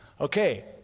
okay